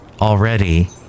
Already